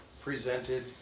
presented